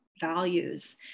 values